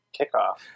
kickoff